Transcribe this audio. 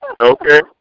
Okay